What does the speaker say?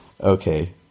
Okay